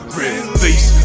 release